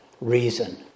reason